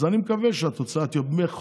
אני מקווה שהתוצאה תהיה טובה.